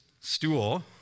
stool